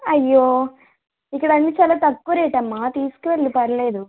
అయ్యో ఇక్కడ అన్నీ చాలా తక్కువ రేట్ అమ్మ తీసుకు వెళ్ళు పర్వాలేదు